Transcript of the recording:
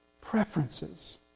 Preferences